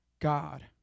God